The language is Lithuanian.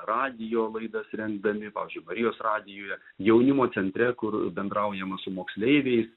radijo laidas rengdami pavyzdžiui marijos radijuje jaunimo centre kur bendraujama su moksleiviais